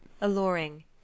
alluring